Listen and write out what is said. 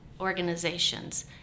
organizations